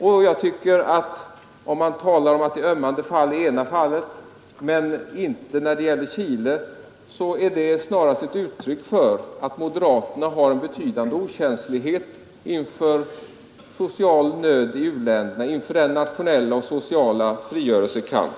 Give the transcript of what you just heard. Om man kan säga att det ena gången är ett ömmande fall men inte när det gäller Chile, är detta snarast ett uttryck för att moderaterna har en betydande okänslighet för social nöd i u-länderna och inför dessa länders sociala och nationella frigörelsekamp.